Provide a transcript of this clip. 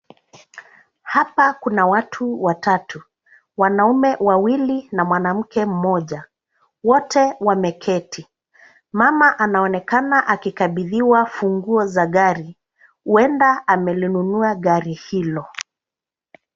Hapa kuna watu watatu, wanaume wawili na mwanamke mmoja. Wote wameketi. Mama anaonekana akikabidhiwa funguo za gari huenda amelinunua gari hilo.